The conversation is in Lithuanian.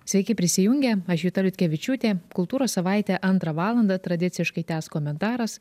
sveiki prisijungę aš juta liutkevičiūtė kultūros savaitę antrą valandą tradiciškai tęs komentaras